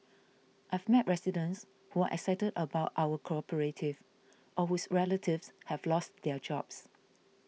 I've met residents who are excited about our cooperative or whose relatives have lost their jobs